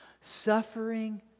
Suffering